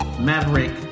maverick